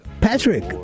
Patrick